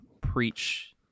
preach